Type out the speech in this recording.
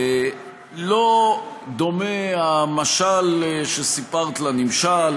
לא דומה המשל שסיפרת לנמשל,